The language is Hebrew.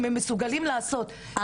אם הם באמת מסוגלים לעשות את זה,